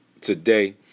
today